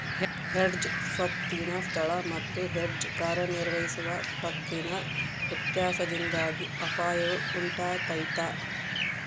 hedge ಸ್ವತ್ತಿನ ಸ್ಥಳ ಮತ್ತು ಹೆಡ್ಜ್ ಕಾರ್ಯನಿರ್ವಹಿಸುವ ಸ್ವತ್ತಿನ ವ್ಯತ್ಯಾಸದಿಂದಾಗಿ ಅಪಾಯವು ಉಂಟಾತೈತ